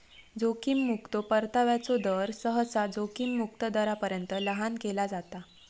जोखीम मुक्तो परताव्याचो दर, सहसा जोखीम मुक्त दरापर्यंत लहान केला जाता